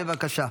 בבקשה.